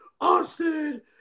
Austin